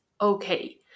okay